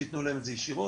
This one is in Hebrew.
שיתנו להם ישירות.